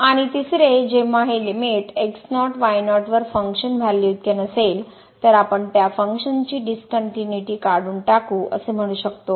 आणि तिसरे जेव्हा हे लिमिट x0 y0 वर फंक्शन व्हॅल्यूइतके नसेल तर आपण त्या फंक्शनची डीसकनट्युनिटी काढून टाकू असे म्हणू शकतो